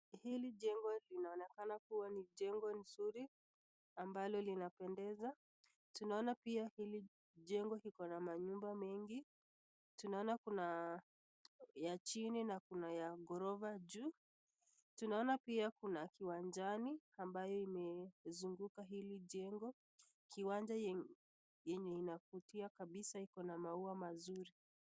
Hili jengo linaonekana kuwa ni jengo nzuri, ambalo linapendeza tunaona hilijengo pia liko na manyumba mengi, tunaona kuna ya chini na kuna ya gorofa juu, tunaona pia kuna kiwanjani ambaye imezunguka hili jengo, kiwanja yenye inavutia kabisa iko na maua mazuri.